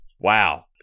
Wow